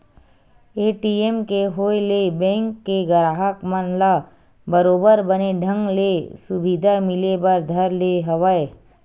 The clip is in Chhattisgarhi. ए.टी.एम के होय ले बेंक के गराहक मन ल बरोबर बने ढंग ले सुबिधा मिले बर धर ले हवय